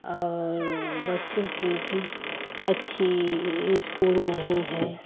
और बच्चों कि भी अच्छी स्कूल नहीं है